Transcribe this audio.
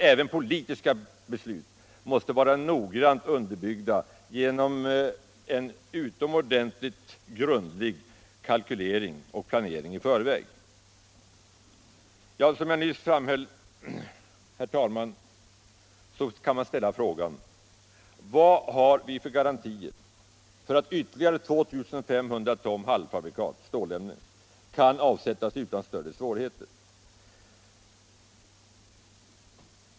Även politiska beslut måste vara noggrant underbyggda genom en grundlig kalkylering och planering Som jag nyss framhöll, herr talman, kan man ställa frågan: Vad har vi för garantier för att ytterligare 2 500 ton halvfabrikat stålämnen kan avsättas utan större svårigheter?